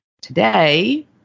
Today